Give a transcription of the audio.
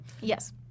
Yes